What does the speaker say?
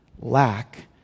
lack